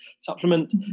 supplement